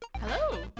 Hello